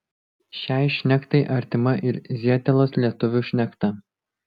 šiai šnektai artima ir zietelos lietuvių šnekta